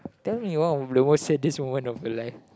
tell me one of the lowest saddest moment of your life